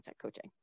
coaching